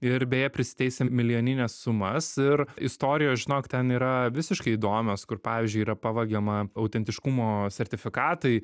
ir beje prisiteisė milijonines sumas ir istorijos žinok ten yra visiškai įdomios kur pavyzdžiui yra pavagiama autentiškumo sertifikatai